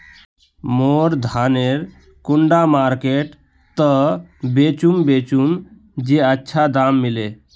मोर धानेर कुंडा मार्केट त बेचुम बेचुम जे अच्छा दाम मिले?